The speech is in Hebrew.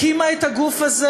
הקימה את הגוף הזה,